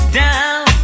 down